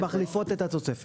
הן מחליפות את התוספת.